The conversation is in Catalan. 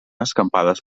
escampades